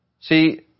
See